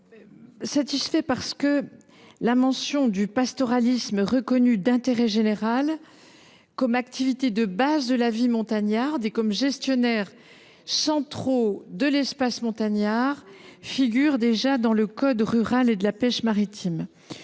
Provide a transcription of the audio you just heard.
satisfait : la mention du pastoralisme, reconnu d’intérêt général comme activité de base de la vie montagnarde et comme gestionnaire central de l’espace montagnard, figure déjà dans le code rural et de la pêche maritime.